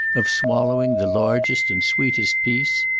of swallowing the largest and sweetest piece.